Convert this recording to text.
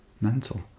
mental